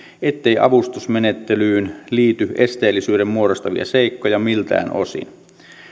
ettei avustusmenettelyyn liity esteellisyyden muodostavia seikkoja miltään osin